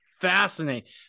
fascinating